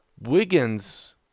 Wiggins